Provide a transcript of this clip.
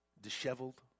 disheveled